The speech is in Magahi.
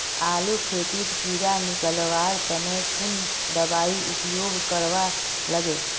आलूर खेतीत कीड़ा निकलवार तने कुन दबाई उपयोग करवा लगे?